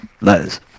Letters